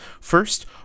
First